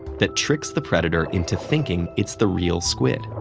that tricks the predator into thinking it's the real squid.